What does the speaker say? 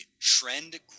trend